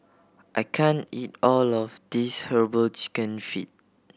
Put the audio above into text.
I can't eat all of this Herbal Chicken Feet